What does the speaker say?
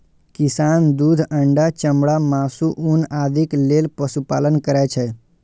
किसान दूध, अंडा, चमड़ा, मासु, ऊन आदिक लेल पशुपालन करै छै